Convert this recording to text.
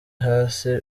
hasi